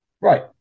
right